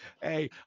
Hey